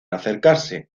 acercarse